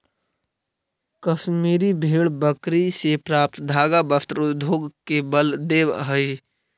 कश्मीरी भेड़ बकरी से प्राप्त धागा वस्त्र उद्योग के बल देवऽ हइ